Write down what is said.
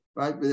right